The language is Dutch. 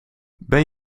ben